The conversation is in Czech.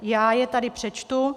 Já je tady přečtu.